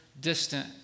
distant